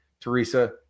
Teresa